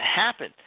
happen